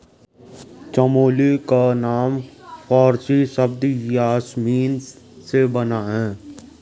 चमेली का नाम फारसी शब्द यासमीन से बना है